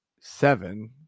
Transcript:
seven